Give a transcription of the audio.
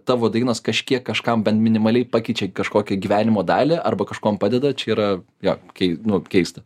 tavo dainos kažkiek kažkam bent minimaliai pakeičia kažkokį gyvenimo dalį arba kažkuom padeda čia yra jo kei nu keista